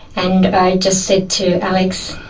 and i just said to alex,